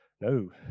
no